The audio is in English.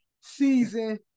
season